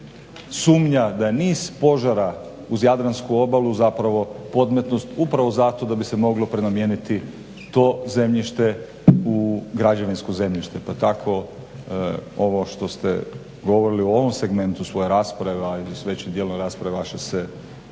sumnja da niz požara zapravo uz jadransku obalu zapravo podmetnut upravo zato da bi se moglo prenamijeniti to zemljište u građevinsko zemljište pa tako ovo što ste govorili u ovom segmentu svoje rasprave a i s većim djelom rasprave vaše se